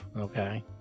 Okay